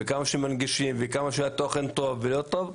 כמה שמנגישים וכמה שהתוכן טוב ולא טוב,